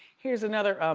here's another